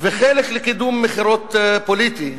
וחלק לקידום מכירות פוליטי,